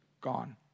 gone